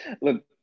Look